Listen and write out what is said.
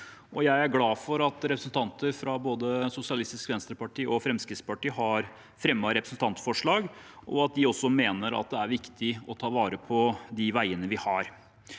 Jeg er glad for at representanter fra Sosialistisk Venstreparti og Fremskrittspartiet har fremmet representantforslag om dette, og at de også mener det er viktig å ta vare på veiene vi har.